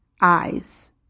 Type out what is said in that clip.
eyes